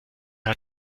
hat